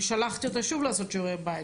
ושלחתי אותו שוב לעשות שיעורי בית,